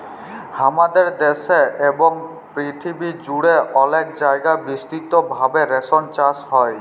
হামাদের দ্যাশে এবং পরথিবী জুড়ে অলেক জায়গায় বিস্তৃত ভাবে রেশম চাস হ্যয়